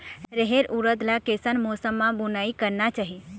रहेर उरद ला कैसन मौसम मा बुनई करना चाही?